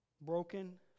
Broken